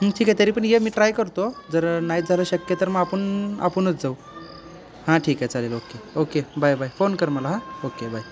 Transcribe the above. ठीक आहे तरी पण ये मी ट्राय करतो जर नाहीच झालं शक्य तर मग आपण आपणच जाऊ हां ठीक आहे चालेल okay okay bye bye phone कर मला हां ओके बाय